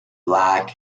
black